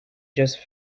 just